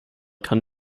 kann